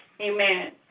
Amen